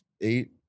eight